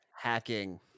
Hacking